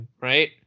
right